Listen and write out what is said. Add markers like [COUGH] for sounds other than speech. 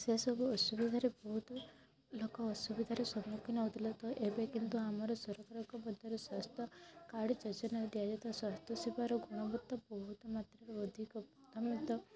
ସେସବୁ ଅସୁବିଧାରେ ବହୁତ ଲୋକ ଅସୁବିଧାର ସମ୍ମୁଖୀନ ହଉଥିଲେ ତ ଏବେ କିନ୍ତୁ ଆମର ସରକାର [UNINTELLIGIBLE] ସ୍ୱାସ୍ଥ୍ୟ କାର୍ଡ଼୍ ଯୋଜନାରେ ଦିଆଯାଉଥିବା ସ୍ୱାସ୍ଥ୍ୟସେବାର ଗୁଣବତ୍ତା ବହୁତ ମାତ୍ରାରେ ଅଧିକ ଆମେ ତ